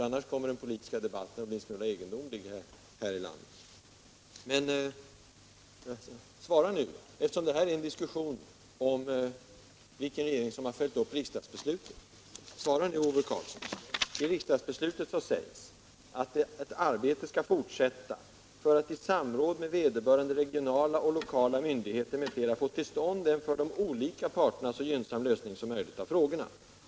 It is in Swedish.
Annars kommer den politiska debatten här i landet att bli en smula egendomlig. Vi har fört en diskussion om vilken regering som har följt riksdagsbeslutet. I riksdagsbeslutet sägs att arbetet skall fortsätta för att i samråd med vederbörande regionala och lokala myndigheter m.fl. få till stånd en för de olika parterna så gynnsam lösning som möjligt av frågorna.